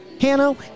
Hanno